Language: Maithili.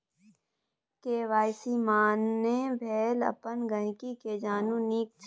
के.वाइ.सी माने भेल अपन गांहिकी केँ जानु नीक सँ